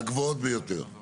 הרמות הגבוהות ביותר.